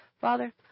Father